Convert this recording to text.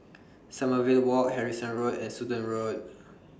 Sommerville Walk Harrison Road and Sudan Road